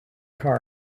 cart